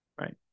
right